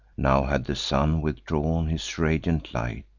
now had the sun withdrawn his radiant light,